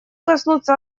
коснуться